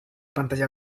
pantalla